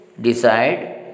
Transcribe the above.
decide